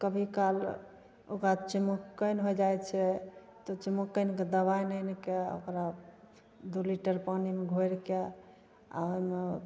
कभी काल ओकरा चमोक्कनि हो जाइ छै तऽ चमोक्कनिके दवाइ आनिके ओकरा दुइ लीटर पानीमे घोरिके आओर ओहिमे